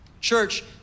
Church